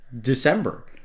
December